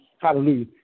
Hallelujah